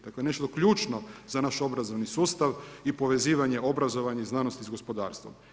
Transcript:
Dakle, nešto ključno za naš obrazovni sustav i povezivanje obrazovanja i znanosti sa gospodarstvom.